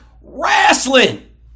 wrestling